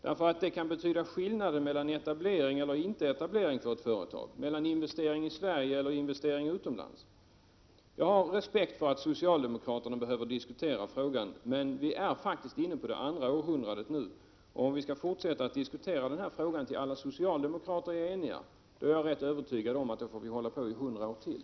Det kan ha betydelse för etablering eller inte etablering av ett företag, för investering i Sverige eller investering utomlands. Jag har respekt för att socialdemokraterna behöver diskutera frågan, men vi är faktiskt inne på det andra århundradet nu. Om vi skall fortsätta att diskutera frågan tills socialdemokraterna är eniga, är jag övertygad om att vi får hålla på i 100 år till.